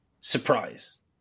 surprise